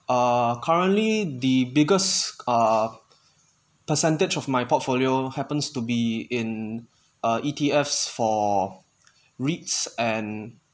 ah currently the biggest uh percentage of my portfolio happens to be in uh E_T_Fs for REITS and